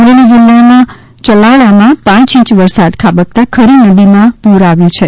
અમરેલી જીલ્લા ચલાળામાં પાંચ ઇંચ વરસાદ ખાબકતાં ખરી નદી માં પૂર આવ્યું છે